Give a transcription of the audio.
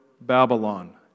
Babylon